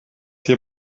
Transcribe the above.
hier